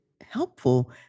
helpful